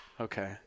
Okay